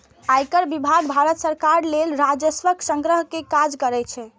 आयकर विभाग भारत सरकार लेल राजस्व संग्रह के काज करै छै